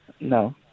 No